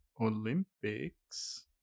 olympics